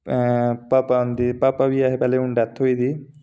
भापा हुंदी भापा बी ऐ हे पैह्लें हून डैथ होई गेई